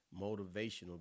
Motivational